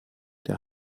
der